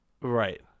right